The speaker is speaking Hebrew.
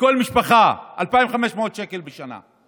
לכל משפחה, 2,500 שקל בשנה.